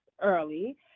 early